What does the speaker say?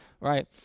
Right